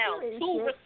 Two